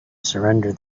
surrender